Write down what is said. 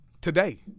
today